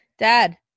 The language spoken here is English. Dad